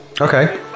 okay